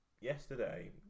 yesterday